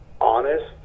honest